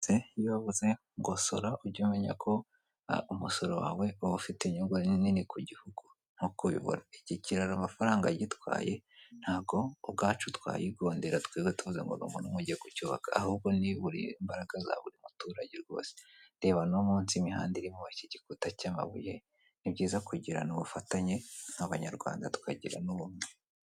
Iyo bavuze ngo sora ujye umenya ko umusoro wawe uba ufite inyungu nini ku gihugu .Nk'uko ubibona iki kiraro amafaranga yagitwaye ntabwo ubwacu twayigondera twebwe tuvuze ngo ni umuntu umwe ugiye kucyubaka ahubwo ni buri imbaraga za buri muturage rwose, reba no munsi imihanda irimo iki gikuta cy'amabuye ni byiza kugirana ubufatanye nk'abanyarwanda twakagira n'ubumwe.